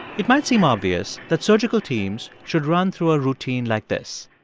it might seem obvious that surgical teams should run through a routine like this.